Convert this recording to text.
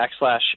backslash